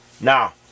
now